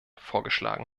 vorgeschlagen